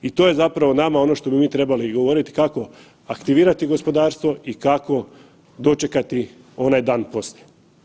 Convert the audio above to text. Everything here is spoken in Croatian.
I to je zapravo nama ono što bi mi trebali govoriti kako aktivirati gospodarstvo i kako dočekati onaj dan poslije.